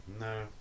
No